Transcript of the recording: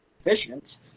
efficient